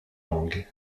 langues